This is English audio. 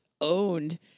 owned